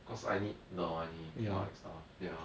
cause I need the money for like stuff